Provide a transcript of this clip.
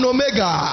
Omega